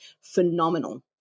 phenomenal